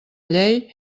llei